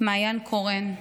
מעיין קורן.